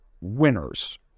winners